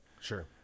Sure